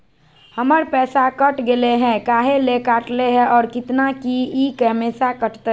हमर पैसा कट गेलै हैं, काहे ले काटले है और कितना, की ई हमेसा कटतय?